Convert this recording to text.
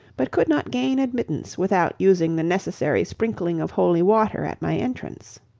but could not gain admittance without using the necessary sprinkling of holy water at my entrance.